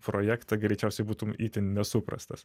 projektą greičiausiai būtum itin nesuprastas